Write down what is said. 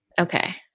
Okay